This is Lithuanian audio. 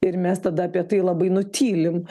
ir mes tada apie tai labai nutylim